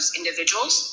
individuals